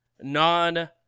non